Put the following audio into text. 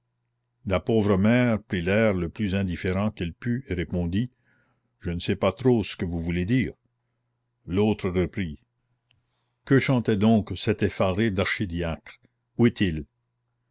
la pauvre mère prit l'air le plus indifférent qu'elle put et répondit je ne sais pas trop ce que vous voulez dire l'autre reprit tête dieu que chantait donc cet effaré d'archidiacre où est-il